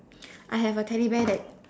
I have a teddy bear that